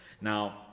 now